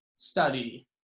study